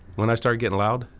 when i started getting loud?